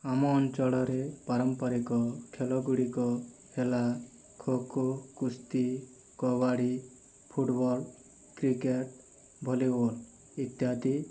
ଆମ ଅଞ୍ଚଳରେ ପାରମ୍ପରିକ ଖେଳ ଗୁଡ଼ିକ ହେଲା ଖୋଖୋ କୁସ୍ତି କବାଡ଼ି ଫୁଟବଲ କ୍ରିକେଟ ଭଲିବଲ ଇତ୍ୟାଦି